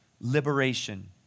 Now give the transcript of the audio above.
liberation